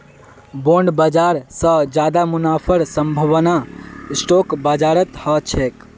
bond बाजार स ज्यादा मुनाफार संभावना स्टॉक बाजारत ह छेक